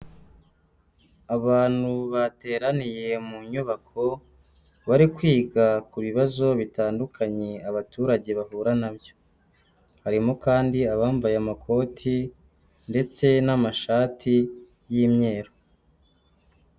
Abantu bateraniye mu nyubako bari kwiga ku bibazo bitandukanye abaturage bahura nabyo, harimo kandi abambaye amakoti ndetse n'amashati y'imyeru.